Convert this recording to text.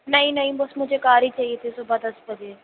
نہیں نہیں بس مجھے کار ہی چاہیے تھی صُبح دس بجے